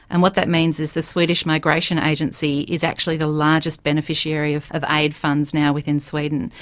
and what that means is the swedish migration agency is actually the largest beneficiary of of aid funds now within sweden.